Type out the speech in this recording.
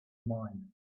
mine